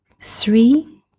three